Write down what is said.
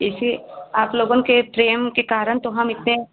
एसे आप लोगन के प्रेम के कारण तो हम इतने